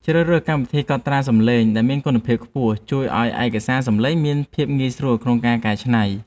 ជ្រើសរើសកម្មវិធីកត់ត្រាសំឡេងដែលមានគុណភាពខ្ពស់ជួយឱ្យឯកសារសំឡេងមានភាពងាយស្រួលក្នុងការកែច្នៃ។